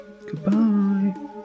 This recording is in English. Goodbye